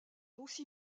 aussi